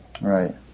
Right